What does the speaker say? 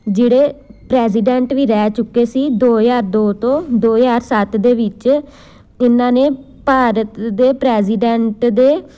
ਜਿਹੜੇ ਪ੍ਰੈਜ਼ੀਡੈਂਟ ਵੀ ਰਹਿ ਚੁੱਕੇ ਸੀ ਦੋ ਹਜ਼ਾਰ ਦੋ ਤੋਂ ਦੋ ਹਜ਼ਾਰ ਸੱਤ ਦੇ ਵਿੱਚ ਇਹਨਾਂ ਨੇ ਭਾਰਤ ਦੇ ਪ੍ਰੈਜ਼ੀਡੈਂਟ ਦੇ